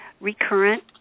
recurrent